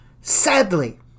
Sadly